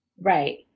right